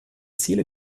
ziele